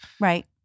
Right